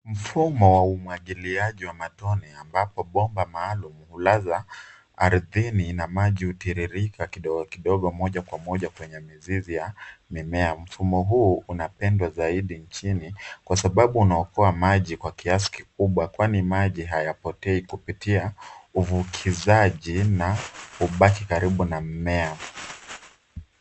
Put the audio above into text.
Mfumo wa umwagiliaji wa matone, ambapo bomba maalumu hulaza ardhini na maji hutiririka kidogo kidogo moja kwa moja kwenye mizizi ya mimea. Mfumo huu unapendwa zaidi nchini, kwa sababu unaokoa maji kwa kiasi kikubwa kwani maji hayapotei kupitia uvukizaji na ubaki karibu na mmea.